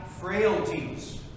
frailties